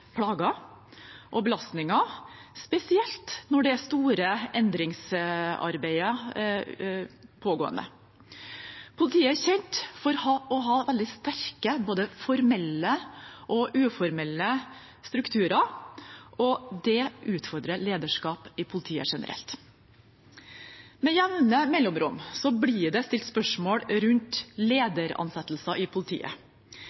plager og belastninger, spesielt når det er store pågående endringsarbeider. Politiet er kjent for å ha veldig sterke både formelle og uformelle strukturer, og det utfordrer lederskap i politiet generelt. Med jevne mellomrom blir det stilt spørsmål rundt